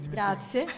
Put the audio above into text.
grazie